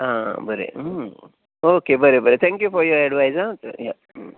आं बरें ओके बरें बरें थँक्यू फॉर युवर एडवायस आं बरें